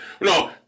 No